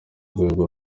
rwego